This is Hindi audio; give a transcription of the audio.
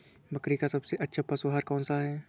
बकरी का सबसे अच्छा पशु आहार कौन सा है?